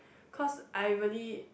cause I really